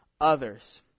others